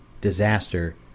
disaster